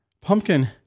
Pumpkin